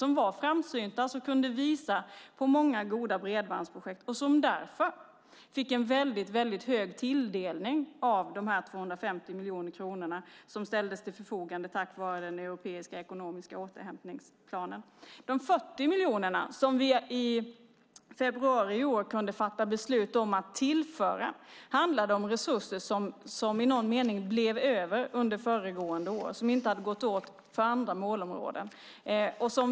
Man var framsynt och kunde visa på många goda bredbandsprojekt och fick därför en hög tilldelning av de 250 miljoner kronor som ställdes till förfogande tack vare den europeiska ekonomiska återhämtningsplanen. De 40 miljoner som vi i februari i år kunde fatta beslut om att tillföra handlade om resurser som i någon mening blev över under föregående år och inte hade gått åt på andra målområden.